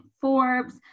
Forbes